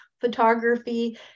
photography